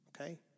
okay